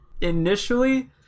initially